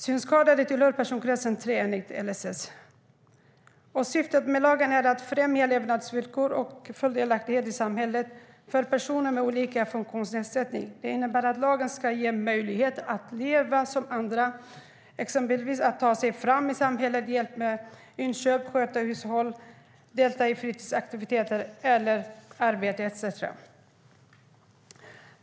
Synskadade tillhör personkrets 3 enligt LSS, och syftet med lagen är att främja levnadsvillkor och full delaktighet i samhället för personer med olika funktionsnedsättningar. Det innebär att lagen ska ge dem möjlighet att leva som andra. De ska exempelvis få hjälp med att ta sig fram i samhället, med inköp och med att sköta hushållet, delta i fritidsaktiviteter, arbeta etcetera.